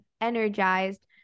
energized